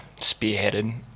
spearheaded